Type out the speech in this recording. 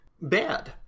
bad